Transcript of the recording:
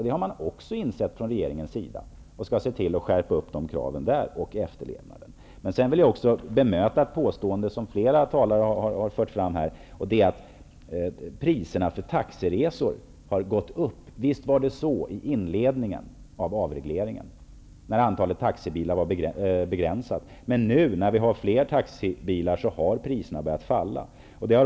Det har regeringen insett, och man skall se till att skärpa de krav som gäller. Jag vill bemöta ett påstående som flera talare har fört fram här. Det har sagts att priserna för taxiresor har gått upp. Visst var det så i inledningen av avregleringen, när antalet taxibilar var begränsat. Men nu, när vi har fler taxibilar, har priserna börjat falla.